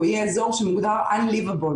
הוא יהיה אזור שמוגדר unlivable,